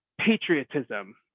patriotism